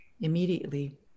immediately